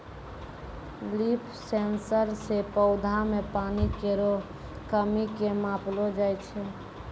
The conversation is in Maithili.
लीफ सेंसर सें पौधा म पानी केरो कमी क मापलो जाय छै